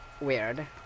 weird